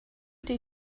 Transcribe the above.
die